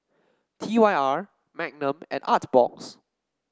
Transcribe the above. T Y R Magnum and Artbox